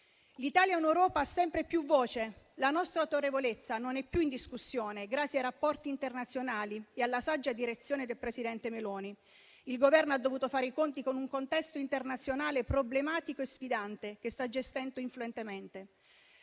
L'Italia in Europa ha sempre più voce; la nostra autorevolezza non è più in discussione grazie ai rapporti internazionali e alla saggia direzione del presidente Meloni. Il Governo ha dovuto fare i conti con un contesto internazionale problematico e sfidante che sta gestendo influentemente.